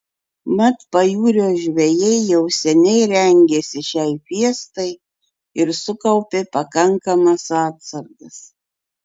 mat pajūrio žvejai jau seniai rengėsi šiai fiestai ir sukaupė pakankamas atsargas